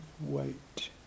wait